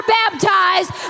baptized